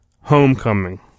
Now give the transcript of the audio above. Homecoming